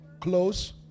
close